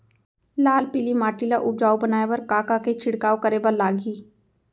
लाल पीली माटी ला उपजाऊ बनाए बर का का के छिड़काव करे बर लागही?